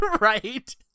Right